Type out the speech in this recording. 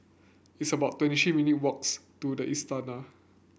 it's about twenty three minute walks to the Istana